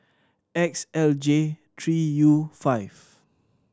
X L J three U five